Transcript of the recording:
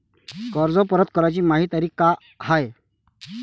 कर्ज परत कराची मायी तारीख का हाय?